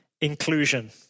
inclusion